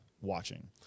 watching